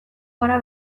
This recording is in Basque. gara